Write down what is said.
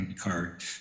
card